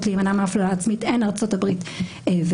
להימנע מהפללה ארצית הן ארצות הברית וקנדה.